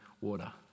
water